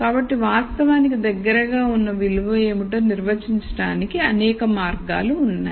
కాబట్టి వాస్తవానికి దగ్గరగా ఉన్న విలువ ఏమిటో నిర్వచించడానికి అనేక మార్గాలు ఉన్నాయి